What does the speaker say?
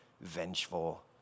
vengeful